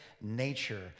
nature